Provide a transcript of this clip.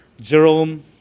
Jerome